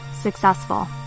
successful